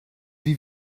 wie